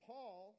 Paul